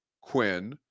Quinn